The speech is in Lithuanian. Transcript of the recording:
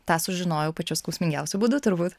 tą sužinojau pačiu skausmingiausiu būdu turbūt